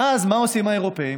ואז מה עושים האירופים?